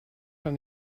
from